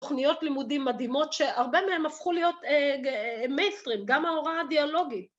תוכניות לימודים מדהימות שהרבה מהן הפכו להיות מיינסטרים, גם ההוראה הדיאלוגית.